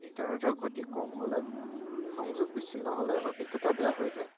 ইণ্টাৰনেটৰ গতি কম হ'লে সংযোগ বিচ্ছিন্ন হ'লে অভিজ্ঞতা বেয়া হৈ যায়